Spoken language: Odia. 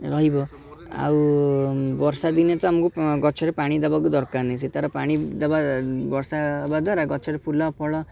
ରହିବ ଆଉ ବର୍ଷାଦିନେ ତ ଆମକୁ ଗଛରେ ପାଣି ଦେବା ବି ଦରକାର ନାହିଁ ସେ ତା'ର ପାଣି ଦେବା ବର୍ଷା ହେବା ଦ୍ୱାରା ଗଛରେ ଫୁଲ ଫଳ